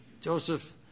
Joseph